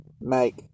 make